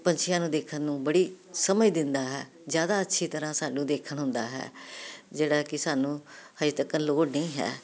ਪੰਛੀਆਂ ਨੂੰ ਦੇਖਣ ਨੂੰ ਬੜੀ ਸਮਝ ਦਿੰਦਾ ਹੈ ਜਿਆਦਾ ਅੱਛੀ ਤਰ੍ਹਾਂ ਸਾਨੂੰ ਦੇਖਣ ਹੁੰਦਾ ਹੈ ਜਿਹੜਾ ਕਿ ਸਾਨੂੰ ਹਜੇ ਤੱਕ ਲੋੜ ਨਹੀਂ ਹੈ